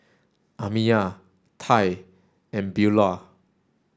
Amiyah Tai and Beula